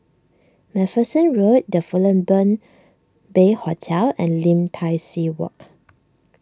MacPherson Road the Fullerton Bay Hotel and Lim Tai See Walk